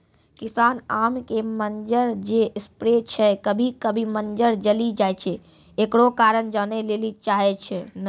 किसान आम के मंजर जे स्प्रे छैय कभी कभी मंजर जली जाय छैय, एकरो कारण जाने ली चाहेय छैय?